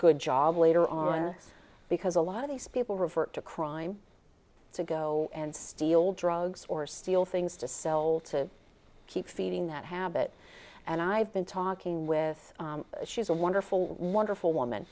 good job later on because a lot of these people revert to crime to go and steal drugs or steal things to sell to keep feeding that habit and i've been talking with she's a wonderful wonderful woman